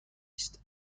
است